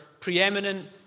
preeminent